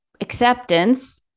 acceptance